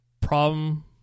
problem